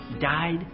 died